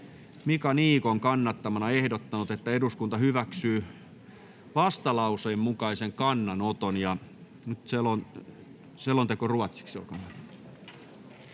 Mika Niikon kannattamana ehdottanut, että eduskunta hyväksyy vastalauseen mukaisen kannanoton.